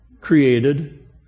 created